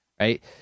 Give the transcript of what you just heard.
Right